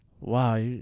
wow